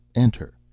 enter.